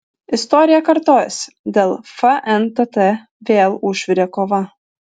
istorija kartojasi dėl fntt vėl užvirė kova